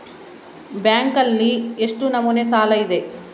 ಬ್ಯಾಂಕಿನಲ್ಲಿ ಎಷ್ಟು ನಮೂನೆ ಸಾಲ ಇದೆ?